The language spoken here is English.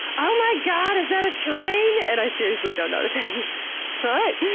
oh my god! is that a train? and i seriously don't notice it.